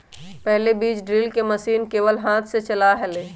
पहले बीज ड्रिल के मशीन केवल हाथ से चला हलय